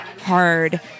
hard